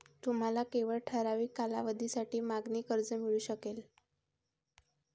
तुम्हाला केवळ ठराविक कालावधीसाठी मागणी कर्ज मिळू शकेल